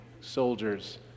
soldiers